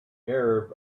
arab